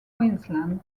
queensland